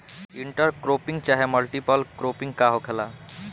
Inter cropping चाहे multiple cropping का होखेला?